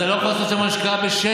אתה לא יכול לעשות שם השקעה בשקל.